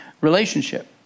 relationship